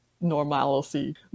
normalcy